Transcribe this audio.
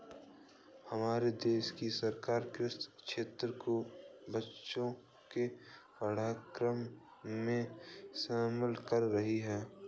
हमारे देश की सरकार कृषि शिक्षा को बच्चों के पाठ्यक्रम में शामिल कर रही है